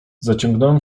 zaciągnąłem